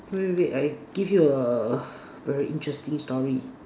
wait wait wait I give you a very interesting story